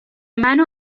منو